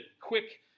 quick